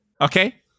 Okay